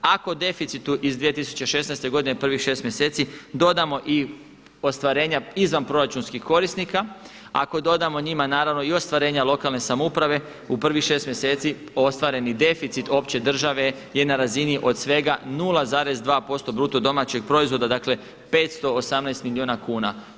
Ako deficitu iz 2016. godine prvih 6 mjeseci dodamo i ostvarenja izvanproračunskih korisnika, ako dodamo njima naravno i ostvarenja lokalne samouprave u prvih 6 mjeseci, ostvareni deficit opće države je na razini od svega 0,2% BDP-a, dakle 518 milijuna kuna.